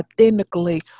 authentically